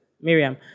Miriam